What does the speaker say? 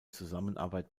zusammenarbeit